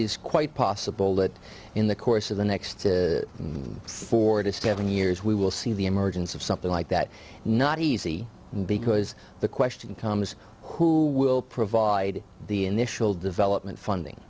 is quite possible that in the course of the next four to seven years we will see the emergence of something like that not easy because the question comes will provide the initial development